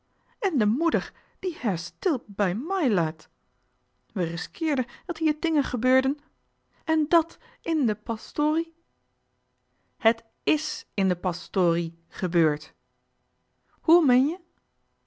en de moeder die haar stil bij mij laat we riskeerden dat hier dingen gebeurden en dat in de pastorie het s in de pastorie gebeurd hoe meen je